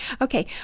Okay